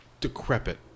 decrepit